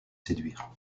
séduire